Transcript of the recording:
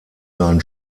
sein